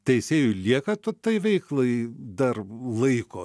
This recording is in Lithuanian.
teisėjų lieka tu tai veiklai dar laiko